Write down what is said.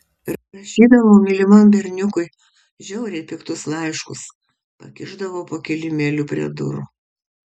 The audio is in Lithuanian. rašydavau mylimam berniukui žiauriai piktus laiškus pakišdavau po kilimėliu prie durų